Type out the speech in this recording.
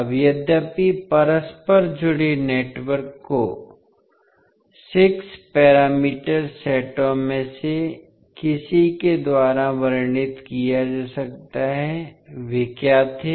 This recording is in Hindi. अब यद्यपि परस्पर जुड़े नेटवर्क को 6 पैरामीटर सेटों में से किसी के द्वारा वर्णित किया जा सकता है वे क्या थे